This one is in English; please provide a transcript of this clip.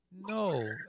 no